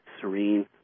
serene